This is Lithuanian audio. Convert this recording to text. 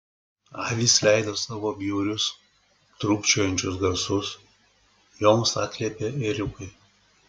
avys leido savo bjaurius trūkčiojančius garsus joms atliepė ėriukai